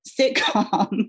sitcom